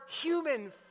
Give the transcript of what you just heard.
human